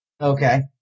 okay